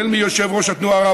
החל מיושב-ראש התנועה,